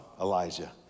Elijah